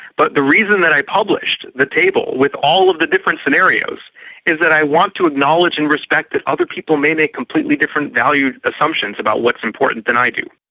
but the reason that i published the table with all of the different scenarios is that i want to acknowledge and respect that other people may make completely different value assumptions about what's important than i do.